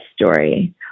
story